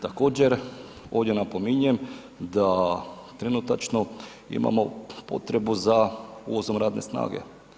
Također ovdje napominjem da trenutačno imamo potrebu za uvozom radne snage.